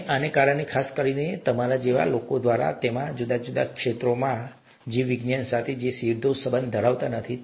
અને આને કારણે ખાસ કરીને તમારા જેવા લોકો દ્વારા જેઓ ઘણા જુદા જુદા ક્ષેત્રોમાં હશે કે જેઓ તમે જુઓ છો તે રીતે જીવવિજ્ઞાન સાથે સીધો સંબંધ ધરાવતા નથી